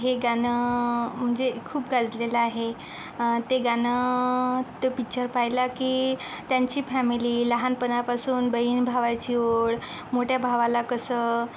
हे गाणं म्हणजे खूप गाजलेलं आहे ते गाणं तो पिक्चर पाहिला की त्यांची फॅमिली लहानपणापासून बहीण भावाची ओढ मोठ्या भावाला कसं